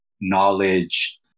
knowledge